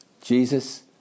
Jesus